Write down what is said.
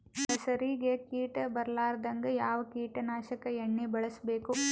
ಹೆಸರಿಗಿ ಕೀಟ ಬರಲಾರದಂಗ ಯಾವ ಕೀಟನಾಶಕ ಎಣ್ಣಿಬಳಸಬೇಕು?